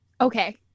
Okay